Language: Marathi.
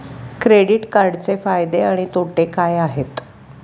क्रेडिट कार्डचे फायदे आणि तोटे काय आहेत?